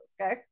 okay